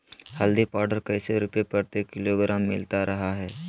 हल्दी पाउडर कैसे रुपए प्रति किलोग्राम मिलता रहा है?